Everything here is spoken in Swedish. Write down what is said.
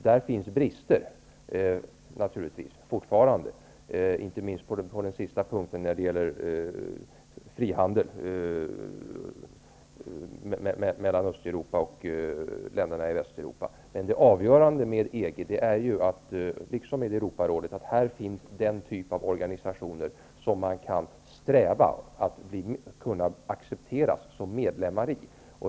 Där finns det naturligtvis fortfarande brister, inte minst när det gäller frihandel mellan Östeuropa och länderna i Västeuropa. Men det avgörande med EG, liksom med Europarådet, är ju att det är den typ av organisation som de kan sträva efter att accepteras som medlemmar i.